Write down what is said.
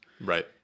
Right